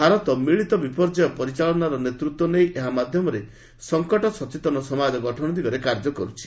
ଭାରତ ମିଳିତ ବିପର୍ଯ୍ୟୟ ପରିଚାଳନାର ନେତୃତ୍ୱ ନେଇ ଏହା ମାଧ୍ୟମରେ ସଙ୍କଟ ସଚେତନ ସମାଜ ଗଠନ ଦିଗରେ କାର୍ଯ୍ୟ କର୍ତ୍ଥି